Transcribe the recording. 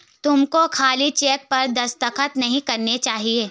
तुमको खाली चेक पर दस्तखत नहीं करने चाहिए